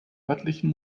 örtlichen